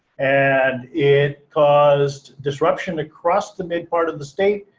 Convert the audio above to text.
and it caused disruption across the mid part of the state,